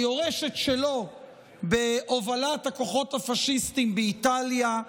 היורשת שלו בהובלת הכוחות הפשיסטיים באיטליה.